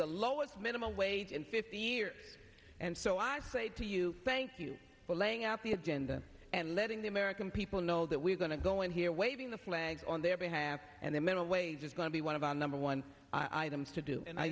the lowest minimum wage in fifty years and so i say to you thank you for laying out the agenda and letting the american people know that we're going to go in here waving the flags on their behalf and the minimum wage is going to be one of our number one items to do and i